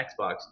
Xbox